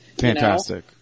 fantastic